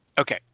Okay